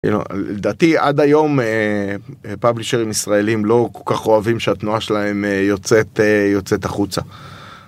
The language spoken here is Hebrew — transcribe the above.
לדעתי עד היום פאבלישרים ישראלים לא כל כך אוהבים שהתנועה שלהם יוצאת החוצה.